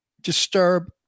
disturb